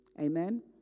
Amen